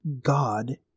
God